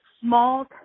small